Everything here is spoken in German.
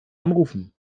anrufen